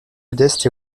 modeste